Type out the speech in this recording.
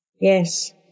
Yes